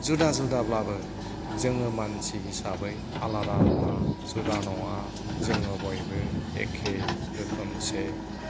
जुदा जुदाब्लाबो जोङो मानसि हिसाबै आलादा नङा जुदा नङा जोङो बयबो एके रोखोमसे